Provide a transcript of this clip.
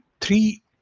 three